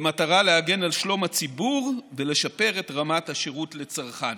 במטרה להגן על שלום הציבור ולשפר את רמת השירות לצרכן.